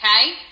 okay